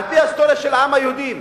על-פי ההיסטוריה של העם היהודי,